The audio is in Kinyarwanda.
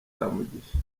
kamugisha